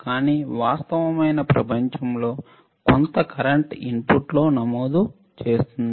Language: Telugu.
కానీ వాస్తవమైన ప్రపంచంలో కొంత కరెంట్ ఇన్పుట్ లో నమోదు చేస్తుంది